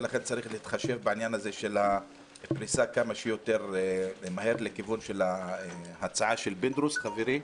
ולכן צריך לפרוס כמה שיותר מהר לכיוון ההצעה של פינדרוס חברי,